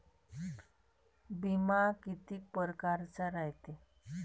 बिमा कितीक परकारचा रायते?